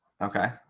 Okay